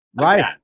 right